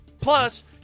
plus